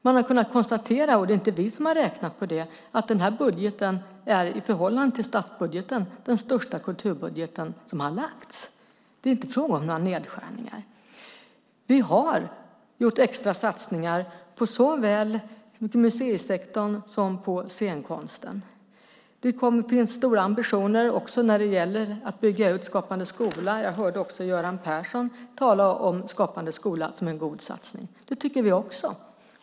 Man har konstaterat - och det är inte vi som har räknat på det - att den här budgeten är i förhållande till statsbudgeten den största kulturbudgeten som har lagts fram. Det är inte fråga om några nedskärningar. Vi har gjort extra satsningar på såväl museisektorn som på scenkonsten. Det kommer att vara stora ambitioner när det gäller att bygga ut Skapande skola. Jag hörde även Göran Persson tala om Skapande skola som en god satsning. Det tycker vi också.